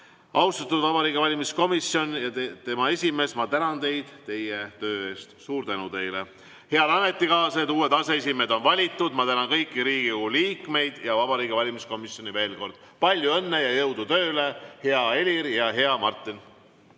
Austatud Vabariigi Valimiskomisjon ja tema esimees, ma tänan teid teie töö eest. Suur tänu teile! Head ametikaaslased, uued aseesimehed on valitud. Ma tänan kõiki Riigikogu liikmeid ja Vabariigi Valimiskomisjoni veel kord. Palju õnne ja jõudu tööle, hea Helir ja hea Martin!